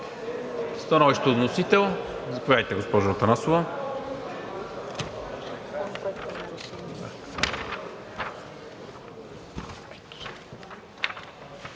Становището от вносител. Заповядайте, госпожо Атанасова.